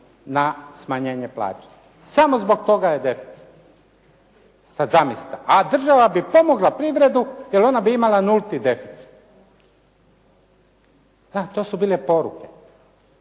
na smanjenje plaća. Samo zbog toga je deficit. Sada zamislite, a država bi pomogla privredu jer ona bi ima nulti deficit. Da, to su bile poruke,